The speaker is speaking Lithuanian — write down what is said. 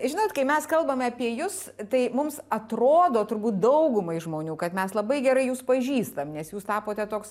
žinot kai mes kalbame apie jus tai mums atrodo turbūt daugumai žmonių kad mes labai gerai jus pažįstam nes jūs tapote toks